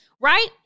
Right